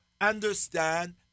understand